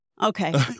Okay